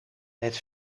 het